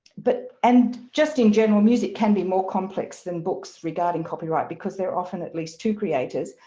but and just in general, music can be more complex than books regarding copyright because they're often at least two creators,